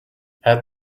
add